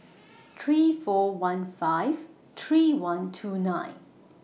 three four one five three one two nine